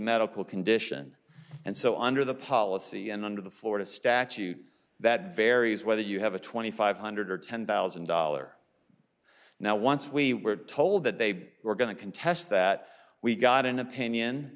medical condition and so under the policy and under the florida statute that varies whether you have a twenty five hundred or ten thousand dollar now once we were told that they were going to contest that we got an opinion